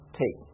take